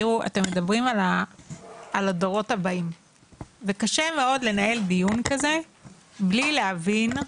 אתם מדברים על הדורות הבאים וקשה מאוד לנהל דיון כזה בלי להבין,